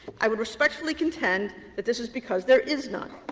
i would respectfully contend that this is because there is none.